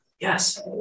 Yes